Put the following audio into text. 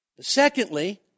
Secondly